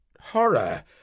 horror